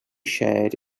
shared